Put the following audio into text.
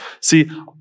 See